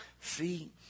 See